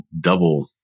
double